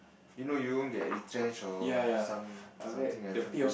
you know you won't get retrenched or some something happen to you